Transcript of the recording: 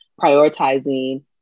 prioritizing